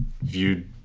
viewed